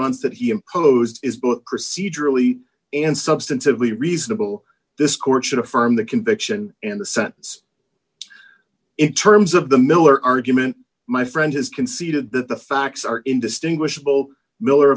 months that he imposed is both procedurally and substantively reasonable this court should affirm the conviction and the sentence in terms of the miller argument my friend has conceded that the facts are indistinguishable miller